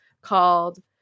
called